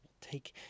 take